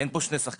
אין פה שני שחקנים,